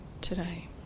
today